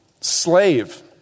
slave